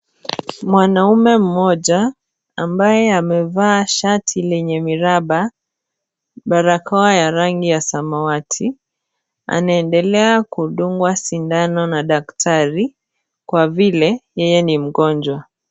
Mwanaume mmoja ambaye amevaa shati lenye miraba, barakoa ya rangi ya samawati anaendelea kudungwa sindano na daktari kwa vile yeye ni mgonjwa.